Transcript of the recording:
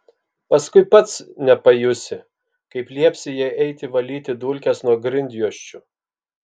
paskui pats nepajusi kaip liepsi jai eiti valyti dulkes nuo grindjuosčių